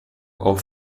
auch